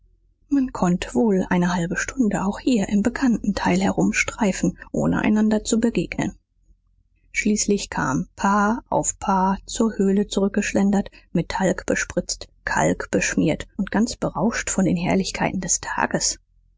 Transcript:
man konnte wohl eine halbe stunde auch hier im bekannten teil herumstreifen ohne einander zu begegnen schließlich kam paar auf paar zur höhle zurückgeschlendert mit talg bespritzt kalkbeschmiert und ganz berauscht von den herrlichkeiten des tages